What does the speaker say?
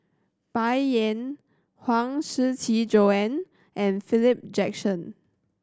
Bai Yan Huang Shiqi Joan and Philip Jackson